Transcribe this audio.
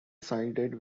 sided